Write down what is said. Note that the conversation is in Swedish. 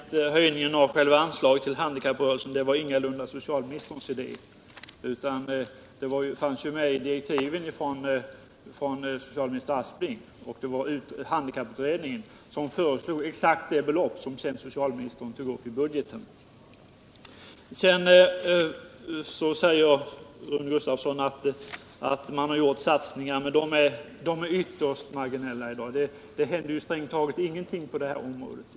Herr talman! Jag vill bara säga att höjningen av själva anslaget till handikapprörelsen ingalunda var socialministerns idé. Detta fanns med i direktiven till handikapputredningen från socialminister Aspling, och handikapputredningen föreslog exakt det belopp som socialministern sedan tog upp i budgeten. Sedan säger Rune Gustavsson att det har gjorts satsningar. Men dessa är i dag ytterst marginella. Det händer ju strängt taget ingenting på detta område.